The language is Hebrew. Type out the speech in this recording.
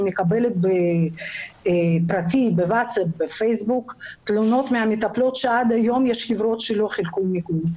מקבלת תלונות מהמטפלות שאומרות שעד היום יש חברות שלא חילקו מיגון.